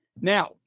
Now